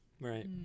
Right